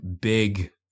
big